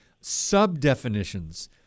sub-definitions